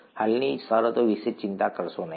હાલની શરતો વિશે ચિંતા કરશો નહીં